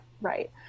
right